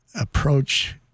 approach